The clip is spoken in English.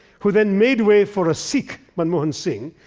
who then made way for a sikh, mohan singh,